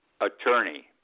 Attorney